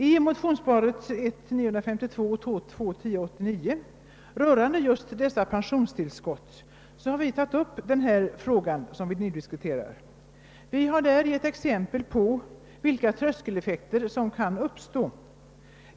I motionsparet I: 952 och II: 1089 rörande dessa pensionstillskott har vi tagit upp just den fråga som vi nu diskuterar. Vi har där givit exempel på vilka tröskeleffekter som kan uppstå.